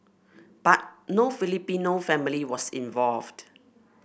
but no Filipino family was involved